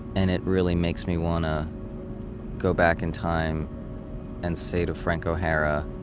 and it really makes me want to go back in time and say to frank o'hara,